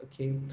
Okay